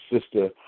Sister